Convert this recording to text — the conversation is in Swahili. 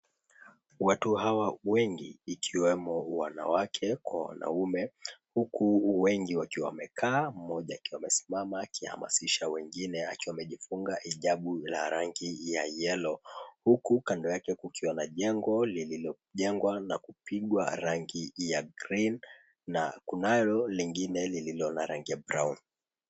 Watu hawa wengi, ikiwemo wanawake kwa wanaume. Huku wengi wakiwa wamekaa, mmoja akiwa amesimama akihamasisha wengine akiwa amejifunga hijabu la rangi ya yellow . Huku kando yake kukiwa na jengo lililojengwa na kupigwa rangi ya green na kunayo lingine lililo na rangi ya brown .